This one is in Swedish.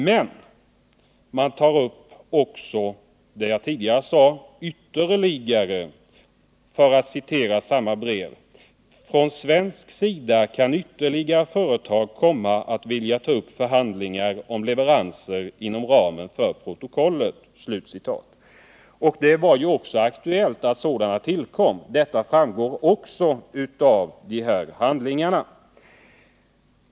Men man anför vidare: ”Från svensk sida kan ytterligare företag komma att vilja ta upp förhandlingar om leveranser inom ramen för protokollet.” Det var alltså aktuellt att ytterligare företag skulle tillkomma, vilket också framgår av handlingarna.